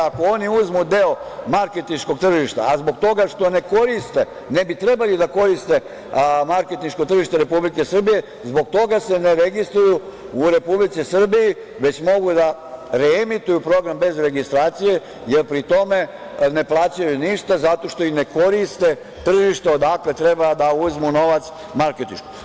Ako oni uzmu deo marketinškog tržišta, a zbog toga što ne koriste, ne bi trebali da koriste marketinško tržište Republike Srbije, zbog toga se ne registruju u Republici Srbiji već mogu da reemituju program bez registracije, jer pri tome ne plaćaju ništa zato što i ne koriste tržište odakle treba da uzmu novac marketinšku.